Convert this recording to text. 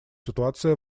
ситуация